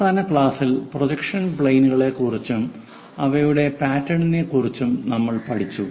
അവസാന ക്ലാസ്സിൽ പ്രൊജക്ഷൻ പ്ലെയിനുകളെക്കുറിച്ചും അവയുടെ പാറ്റേണിനെക്കുറിച്ചും നമ്മൾ പഠിച്ചു